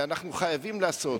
ואנחנו חייבים לעשות,